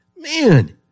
Man